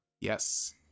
Yes